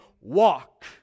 Walk